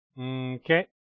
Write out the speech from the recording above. Okay